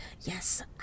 Yes